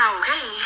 okay